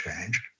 change